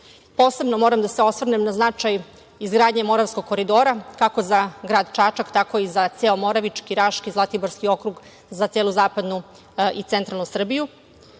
zemlji. Posebno moram da se osvrnem na značaj izgradnje Moravskog koridora, kako za grad Čačak, tako i za ceo Moravički, Raški, Zlatiborski okrug, za celu zapadnu i centralnu Srbiju.